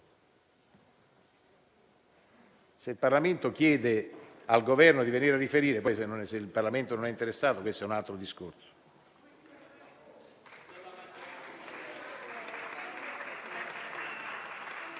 Se il Parlamento chiede al Governo di venire a riferire, ma poi non è interessato, questo è un altro discorso.